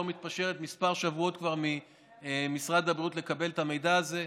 מתפשרת ממשרד הבריאות לקבל את המידע הזה,